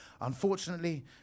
Unfortunately